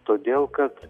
todėl kad